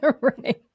right